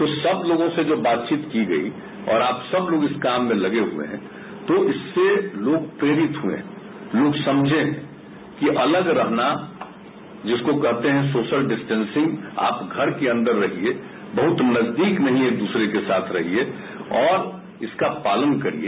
तो सब लोगों से बातचीत की गयी और आप सब लोग इस काम में लगे हुए हैं तो इससे लोग प्रेरित हुए हैं लोग समझें कि अलग रहना जिसको कहते हैं सोशल डिस्टेंसिंग आप घर के अंदर रहिये बहुत नजदीक एक दूसरे के नहीं रहिये और इसका पालन किजिए